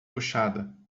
puxada